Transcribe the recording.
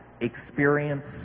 experience